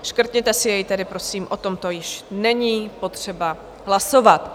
Škrtněte si jej tedy, prosím, o tomto již není potřeba hlasovat.